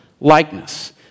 likeness